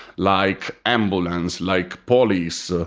like ambulance, like police. ah